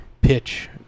pitch